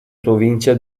provincia